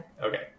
Okay